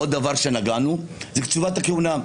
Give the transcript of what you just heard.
עוד דבר שנגענו בו זה קצובת הכהונה.